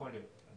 יכול להיות.